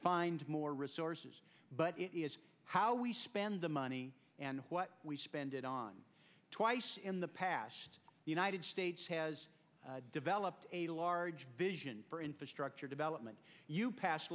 find more resources but it is how we spend the money and what we spend it on twice in the past the united states has developed a large vision for infrastructure development you pass